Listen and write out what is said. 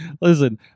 listen